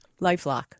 LifeLock